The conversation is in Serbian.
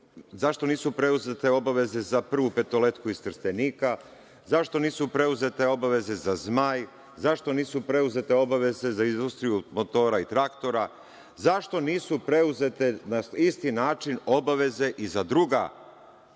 zašto nisu preuzete obaveze za „Prvu Petoletku“ iz Trstenika, zašto nisu preuzete obaveza za „Zmaj“, zašto nisu preuzete obaveze za Industriju motora i traktora, zašto nisu preuzete na isti način obaveze i za druga